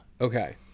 Okay